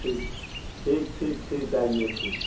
ٹھیک ٹھیک ٹھیک ٹھیک آئیے ٹھیک ہے